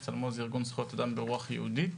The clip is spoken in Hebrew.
"בצלמו" הוא ארגון זכויות אדם ברוח יהודית.